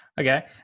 okay